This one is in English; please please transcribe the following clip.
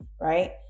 right